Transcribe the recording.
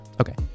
Okay